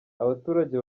abaturage